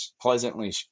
pleasantly